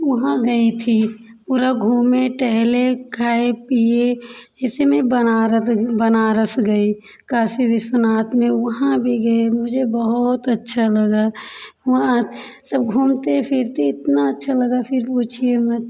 वहाँ गई थी पूरा घूमे टहले खाए पिए इसी में बनारस बनारस गई काशी विश्वनाथ में वहाँ भी गए मुझे बहुत अच्छा लगा वहाँ सब घूमते फिरते इतना अच्छा लगा फिर पूछिए मत